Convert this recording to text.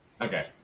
Okay